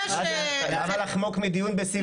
למה לחמוק מדיון בסיווג?